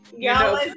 Y'all